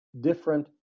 different